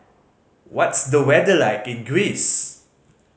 what's the weather like in Greece